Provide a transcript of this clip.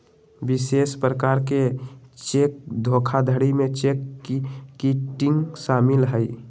विशेष प्रकार के चेक धोखाधड़ी में चेक किटिंग शामिल हइ